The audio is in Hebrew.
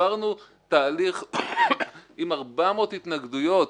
עברנו תהליך עם 400 התנגדויות,